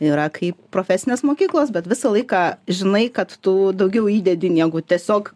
yra kaip profesinės mokyklos bet visą laiką žinai kad tu daugiau įdedi negu tiesiog